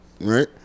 right